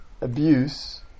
abuse